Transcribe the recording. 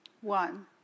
One